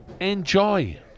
enjoy